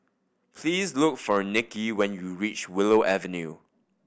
please look for Nicky when you reach Willow Avenue